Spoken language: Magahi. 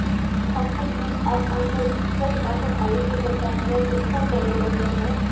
अंकूर बीज आर अंकूर कई औसत आयु के कटाई में कुंसम करे लेन देन होए?